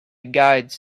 guides